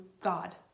God